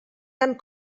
tant